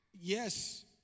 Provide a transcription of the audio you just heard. Yes